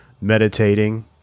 meditating